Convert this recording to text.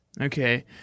Okay